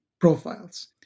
profiles